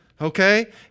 okay